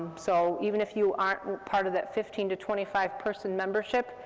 so even if you aren't part of that fifteen to twenty five person membership,